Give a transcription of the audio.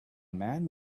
man